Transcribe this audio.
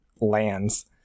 lands